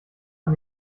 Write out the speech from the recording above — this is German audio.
von